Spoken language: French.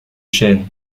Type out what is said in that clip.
chêne